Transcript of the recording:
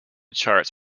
charts